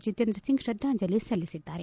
ಜತೇಂದ್ರ ಸಿಂಗ್ ತ್ರದ್ಧಾಂಜಲಿ ಸಲ್ಲಿಸಿದ್ದಾರೆ